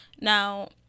Now